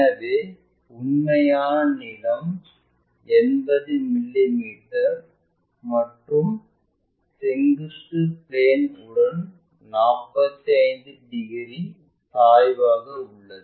எனவே உண்மையான நீளம் 80 மிமீ மற்றும் இது செங்குத்து பிளேன் உடன் 45 டிகிரி சாய்வாக உள்ளது